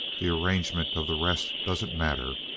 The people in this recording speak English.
the arrangement of the rest doesn't matter.